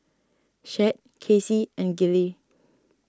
Chet Kacie and Gillie